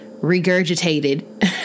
regurgitated